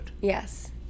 Yes